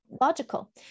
logical